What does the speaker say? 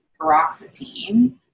paroxetine